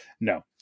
no